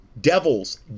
Devils